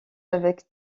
avec